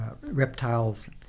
reptiles